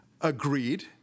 Agreed